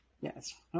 Yes